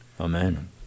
Amen